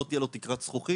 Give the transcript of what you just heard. לא תהיה לו תקרת זכוכית,